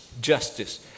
justice